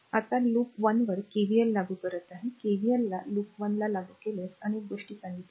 आता लूप वनवर KVL लागू करत आहे KVL ला लूप वन ला लागू केल्यास अनेक गोष्टी सांगितल्या आहेत